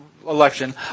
Election